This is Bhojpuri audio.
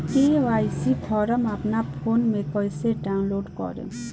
के.वाइ.सी फारम अपना फोन मे कइसे डाऊनलोड करेम?